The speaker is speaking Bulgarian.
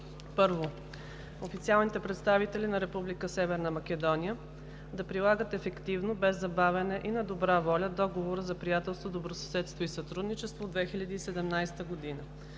1. Официалните представители на Република Северна Македония: - да прилагат ефективно, без забавяне и на добра воля Договора за приятелство, добросъседство и сътрудничество от 2017 г.;